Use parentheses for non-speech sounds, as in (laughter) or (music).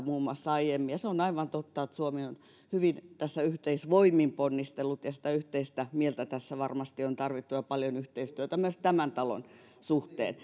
(unintelligible) muun muassa edustaja zyskowiczilta aiemmin ja se on aivan totta että suomi on hyvin tässä yhteisvoimin ponnistellut ja sitä yhteistä mieltä tässä varmasti on tarvittu ja paljon yhteistyötä myös tämän talon suhteen (unintelligible)